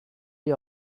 day